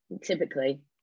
typically